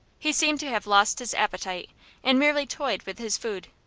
he seemed to have lost his appetite and merely toyed with his food.